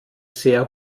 sehr